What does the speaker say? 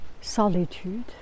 solitude